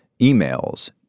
emails